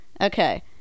okay